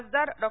खासदार डॉ